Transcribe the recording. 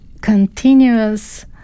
continuous